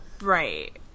Right